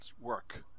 work